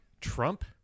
Trump